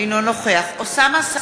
אינו נוכח אוסאמה סעדי,